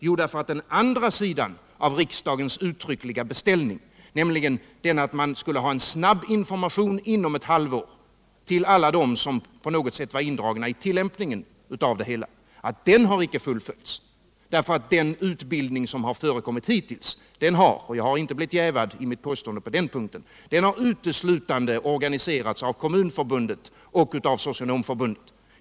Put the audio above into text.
Jo, därför att den andra sidan av riksdagens uttryckliga beställning, nämligen att man skulle ge snabb information inom ett halvår till alla dem som på något sätt var indragna i tillämpningen av det hela, inte har fullföljts. Den utbildning som förekommit hittills har — och jag har inte blivit jävad i mitt påstående på den punkten — organiserats uteslutande av Kommunförbundet och Socionomförbundet.